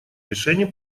решений